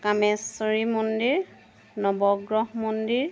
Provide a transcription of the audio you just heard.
কামেশ্বৰী মন্দিৰ নৱগ্ৰহ মন্দিৰ